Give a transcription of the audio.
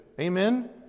Amen